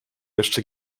jeszcze